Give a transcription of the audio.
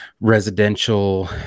residential